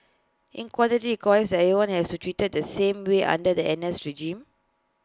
in quantity requires that everyone has be treated the same way under the N S regime